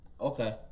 Okay